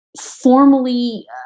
formally